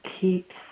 keeps